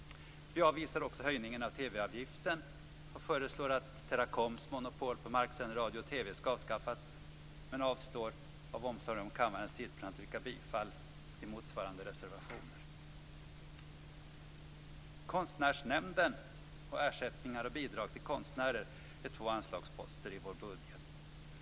Vi avvisar också höjningen av TV-avgiften och föreslår att Teracoms momopol på marksänd radio och TV skall avskaffas, men avstår av omsorg om kammarens tid från att yrka bifall till motsvarande reservationer. Konstnärsnämnden och Ersättningar och bidrag till konstnärer är två anslagsposter i vår budget.